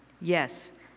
yes